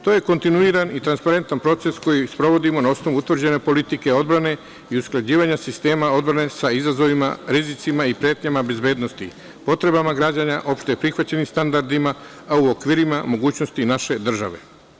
To je kontinuiran i transparentan proces koji sprovodimo na osnovu utvrđene politike odbrane i usklađivanja sistema odbrane sa izazovima, rizicima i pretnjama bezbednosti, potrebama građana, opšteprihvaćenim standardima, a u okvirima mogućnosti naše države.